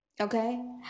okay